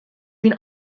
been